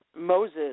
Moses